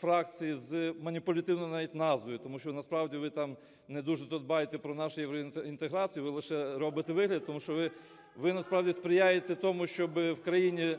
фракцій з маніпулятивною навіть назвою, тому що насправді ви там не дуже-то дбаєте про нашу євроінтеграцію, ви лише робите вигляд. Тому що ви насправді сприяєте тому, щоб в країні